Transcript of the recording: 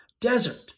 desert